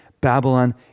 Babylon